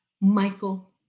Michael